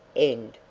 end.